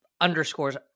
underscores